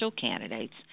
candidates